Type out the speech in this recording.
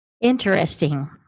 Interesting